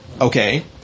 okay